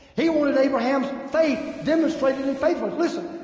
he wanted abraham's faith demonstrated in faithfulness. listen,